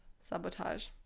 sabotage